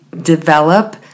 develop